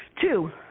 Two